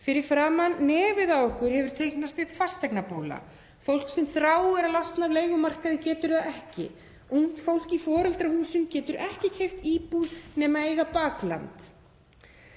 Fyrir framan nefið á okkur hefur teiknast upp fasteignabóla. Fólk sem þráir að losna af leigumarkaði getur það ekki. Ungt fólk í foreldrahúsum getur ekki keypt íbúð nema eiga bakland.